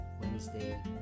Wednesday